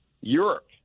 Europe